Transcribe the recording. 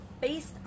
based